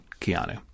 Keanu